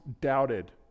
doubted